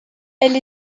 elle